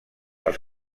els